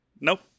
Nope